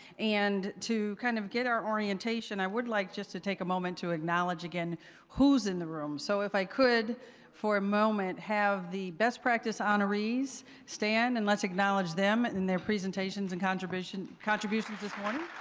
and to kind of get our orientation, i would like just to take a moment to acknowledge again who's in the room. so if i could for a moment have the best practice honorees stand and let's acknowledge them in their presentations and contribution contributions this morning.